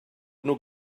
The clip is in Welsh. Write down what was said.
nhw